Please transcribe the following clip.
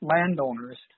landowners –